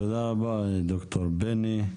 תודה רבה ד"ר בני.